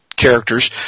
characters